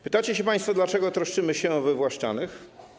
Pytacie państwo, dlaczego troszczymy się o wywłaszczanych.